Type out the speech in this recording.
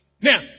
Now